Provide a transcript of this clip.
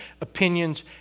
opinions